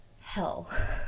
hell